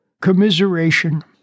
commiseration